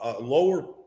lower